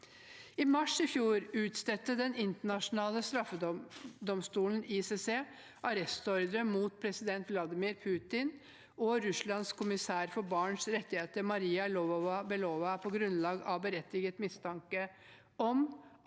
I mars i fjor utstedte Den internasjonale straffedomstolen, ICC, arrestordre mot president Vladimir Putin og Russlands kommissær for barns rettigheter, Maria Lvova-Belova, på grunnlag av berettiget mistanke om